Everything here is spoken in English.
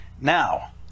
now